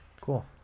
Cool